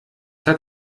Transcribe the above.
hat